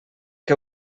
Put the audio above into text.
que